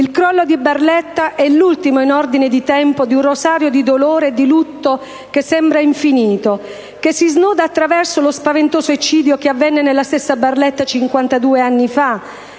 Il crollo di Barletta è l'ultimo, in ordine di tempo, di un rosario di dolore e di lutto che sembra infinito, che si snoda attraverso lo spaventoso eccidio che avvenne nella stessa Barletta 52 anni fa,